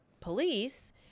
police